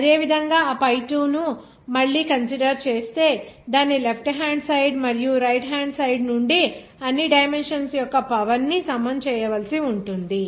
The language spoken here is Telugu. అదేవిధంగా ఆ pi 2 ను మల్లి కన్సిడర్ చేస్తే దాని లెఫ్ట్ హ్యాండ్ సైడ్ మరియు రైట్ హ్యాండ్ సైడ్ నుండి అన్ని డైమెన్షన్స్ యొక్క పవర్ ని సమం చేయవలసి ఉంటుంది